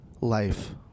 life